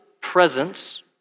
presence